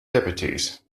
deputies